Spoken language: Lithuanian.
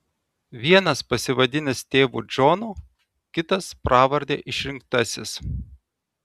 vienas pasivadinęs tėvu džonu kitas pravarde išrinktasis